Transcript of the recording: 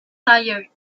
tired